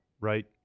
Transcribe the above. right